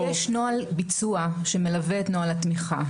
יש נוהל ביצוע שמלווה את נוהל התמיכה,